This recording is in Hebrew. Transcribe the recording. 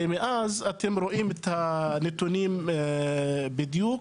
ומאז אתם רואים בדיוק מה קורה.